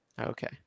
okay